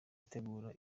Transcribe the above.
itegura